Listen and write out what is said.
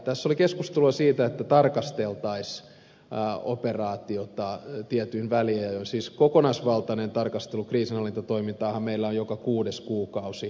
tässä oli keskustelua siitä että tarkasteltaisiin operaatiota tietyin väliajoin siis kokonaisvaltainen tarkastelu kriisinhallintatoimintaahan meillä on tarkasteltu joka kuudes kuukausi